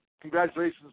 Congratulations